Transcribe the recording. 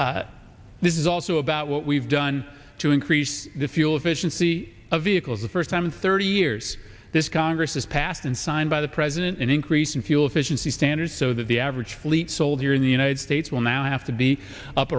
sources this is also about what we've done to increase fuel efficiency of vehicles the first time in thirty years this congress has passed and signed by the president an increase in fuel efficiency standards so that the average fleet sold here in the united states will now have to be up